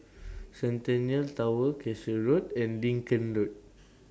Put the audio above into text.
Centennial Tower Cashew Road and Lincoln Road